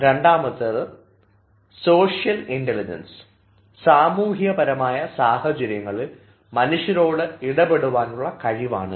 രണ്ടാമത് social intelligence സാമൂഹ്യപരമായ സാഹചര്യങ്ങളിൽ മനുഷ്യരോട് ഇടപെടാനുള്ള കഴിവാണിത്